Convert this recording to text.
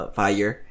fire